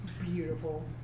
Beautiful